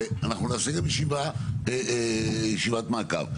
ואנחנו נעשה גם ישיבה ישיבת מעקב,